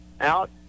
out